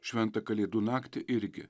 šventą kalėdų naktį irgi